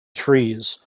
trees